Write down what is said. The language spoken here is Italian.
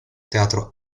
teatro